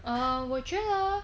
uh 我觉得